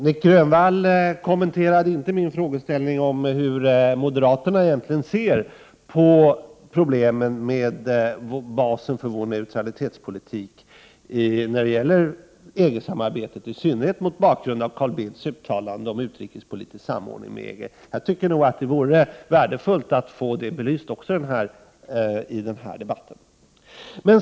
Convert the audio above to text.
Nic Grönvall kommenterade inte min frågeställning om hur moderaterna egentligen ser på problemen med basen för Sveriges neutralitetspolitik när det gäller EG-samarbetet, i synnerhet mot bakgrund av Carl Bildts uttalande om utrikespolitisk samordning med EG. Det vore nog värdefullt om också det kunde belysas i denna debatt.